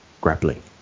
grappling